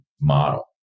model